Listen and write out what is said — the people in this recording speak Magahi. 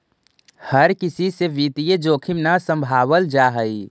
हर किसी से वित्तीय जोखिम न सम्भावल जा हई